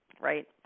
right